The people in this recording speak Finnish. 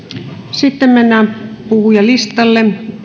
sitten mennään puhujalistalle